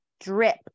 drip